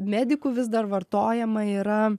medikų vis dar vartojama yra